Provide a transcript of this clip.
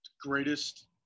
Greatest